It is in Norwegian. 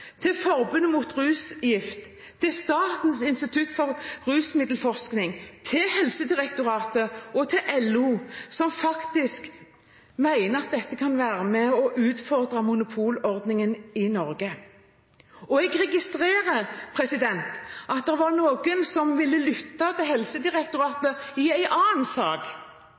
til Forbundet Mot Rusgift, til Statens institutt for rusmiddelforskning, til Helsedirektoratet og til LO, som mener at dette kan være med og utfordre monopolordningen i Norge. Jeg registrerer at det var noen som ville lytte til Helsedirektoratet i en annen sak,